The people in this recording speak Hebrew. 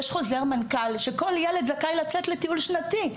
יש חוזר מנכ"ל שכל ילד זכאי לצאת לטיול שנתי.